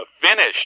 finished